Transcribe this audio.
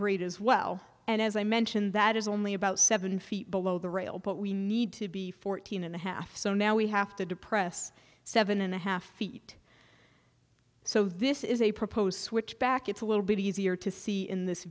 grade as well and as i mentioned that is only about seven feet below the rail but we need to be fourteen and a half so now we have to depress seven and a half feet so this is a proposed switchback it's a little bit easier to see in this